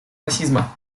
расизма